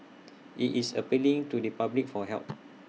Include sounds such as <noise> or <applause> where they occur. <noise> IT is appealing to the public for help